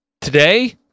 today